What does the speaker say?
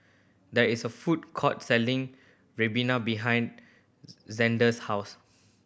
there is a food court selling ribena behind Zander's house